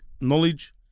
Knowledge